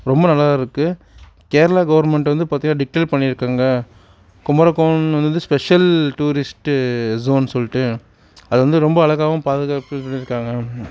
ரொம்ப நல்லா இருக்குது கேர்ளா கவுர்ன்மெண்ட் வந்து பார்த்தீங்னா டிக்ளர் பண்ணியிருக்காங்க குமரக்கோன்னு வந்து ஸ்பெஷல் டூரிஸ்ட்டு ஸோன்னு சொல்லிட்டு அது வந்து ரொம்ப அழகாகவும் பாதுகாப்பு பண்ணியிருக்காங்க